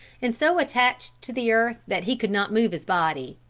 and so attached to the earth that he could not move his body.